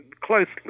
closely